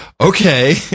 okay